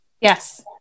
Yes